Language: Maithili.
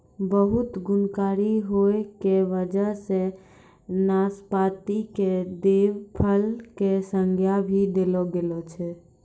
बहुत गुणकारी होय के वजह सॅ नाशपाती कॅ देव फल के संज्ञा भी देलो गेलो छै